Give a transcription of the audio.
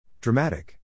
Dramatic